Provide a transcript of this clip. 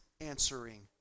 answering